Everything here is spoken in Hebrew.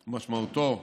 ומשמעותו: